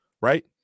right